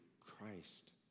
Christ